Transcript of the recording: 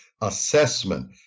assessment